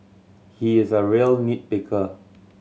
he is a real nit picker